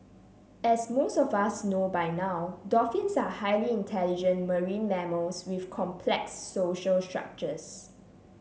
as most of us know by now dolphins are highly intelligent marine mammals with complex social structures